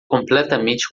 completamente